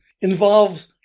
involves